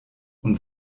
und